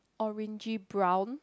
orange brown